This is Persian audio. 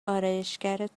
آرایشگرت